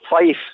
five